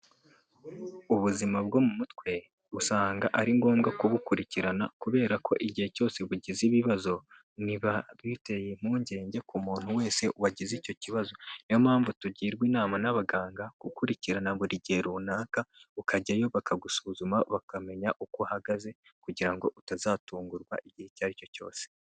Ubuzima bwo mu mutwe usanga ari ngombwa kubukurikirana kubera ko igihe cyose bugize ibibazo biba biteye impungenge ku muntu wese wagize icyo kibazo, niyo mpamvu tugirwa inama n'abaganga gukurikirana buri gihe runaka ukajyayo bakagusuzuma bakamenya uko uhagaze kugira ngo utazatungurwa igihe icyo ari cyo cyose.